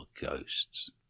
ghosts